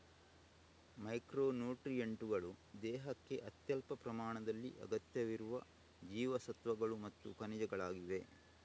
micro ನ್ಯೂಟ್ರಿಯೆಂಟುಗಳು ದೇಹಕ್ಕೆ ಅತ್ಯಲ್ಪ ಪ್ರಮಾಣದಲ್ಲಿ ಅಗತ್ಯವಿರುವ ಜೀವಸತ್ವಗಳು ಮತ್ತು ಖನಿಜಗಳಾಗಿವೆ